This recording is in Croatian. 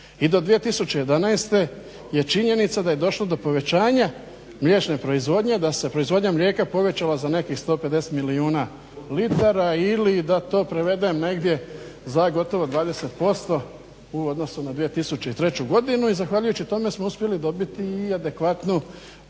I do 2011. je činjenica da je došlo do povećanja mliječne proizvodnje, da se proizvodnja mlijeka povećala za nekih 150 milijuna litara ili da to prevedem negdje za gotovo 20% u odnosu na 2003. godinu i zahvaljujući tome smo uspjeli i dobiti adekvatnu